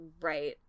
Right